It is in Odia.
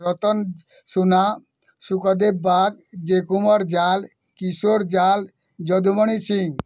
ରତନ ସୁନା ସୁକଦେବ୍ ବାଗ୍ ଜେ କୁମାର ଜାଲ୍ କିଶୋର ଜାଲ୍ ଯଦୁମଣି ସିଂ